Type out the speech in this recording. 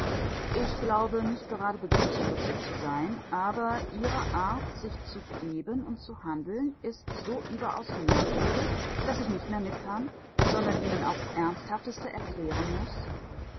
ich glaube nicht gerade begriffsstutzig zu sein aber ihre art sich zu geben und zu handeln ist so überaus merkwürdig daß ich nicht mehr mitkann sondern ihnen aufs ernsthafteste erklären muß